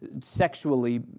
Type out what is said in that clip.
sexually